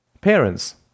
Parents